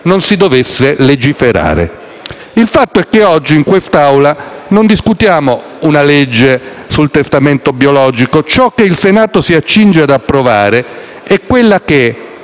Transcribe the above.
non si dovesse legiferare. Il fatto è che oggi in quest'Aula non discutiamo una legge sul testamento biologico. Quella che il Senato si accinge ad approvare è stata